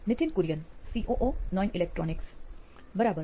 Nithin Kurian COO નોઇન electronics બરાબર